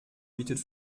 bietet